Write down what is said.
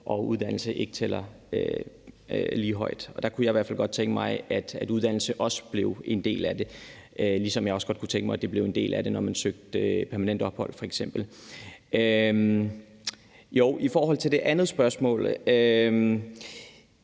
og uddannelse ikke vægtes lige højt. Der kunne jeg i hvert fald godt tænke mig, at uddannelse også blev en del af det, ligesom jeg også godt kunne tænke mig, at det blev en del af det, når man f.eks. søgte permanent ophold. I forhold til det andet spørgsmål